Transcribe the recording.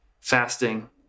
fasting